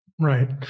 Right